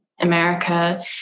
America